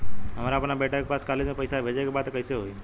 हमरा अपना बेटा के पास कॉलेज में पइसा बेजे के बा त कइसे होई?